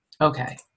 Okay